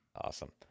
Awesome